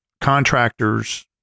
contractors